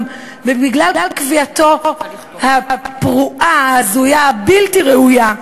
ובגלל קביעתו הפרועה והבלתי-ראויה,